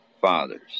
fathers